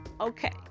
Okay